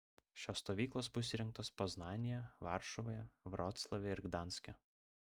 šios stovyklos bus įrengtos poznanėje varšuvoje vroclave ir gdanske